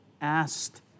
asked